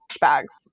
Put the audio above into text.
bags